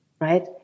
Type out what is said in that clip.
right